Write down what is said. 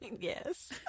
Yes